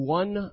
one